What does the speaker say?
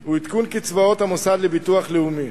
הוא עדכון קצבאות המוסד לביטוח לאומי.